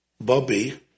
Bobby